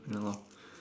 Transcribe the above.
ya what